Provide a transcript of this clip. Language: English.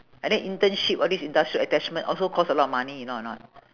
I think internship all these industrial attachment also cost a lot of money you know or not